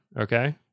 Okay